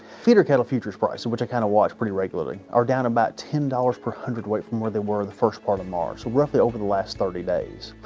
feeder cattle futures price, which i kind of watch pretty regularly, are down about ten dollars per hundred weight from where they were in the first part of march. so, roughly over the last thirty days.